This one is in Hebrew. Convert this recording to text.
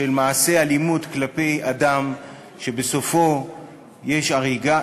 מעשה אלימות כלפי אדם שבסופו יש הריגה,